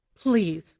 please